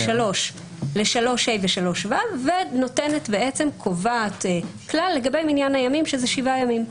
לסעיפים 3ה ו-3ו וקובעת כלל לגבי מניין הימים שזה שבעה ימים.